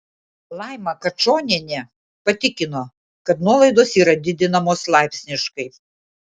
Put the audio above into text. laima kačonienė patikino kad nuolaidos yra didinamos laipsniškai